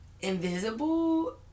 invisible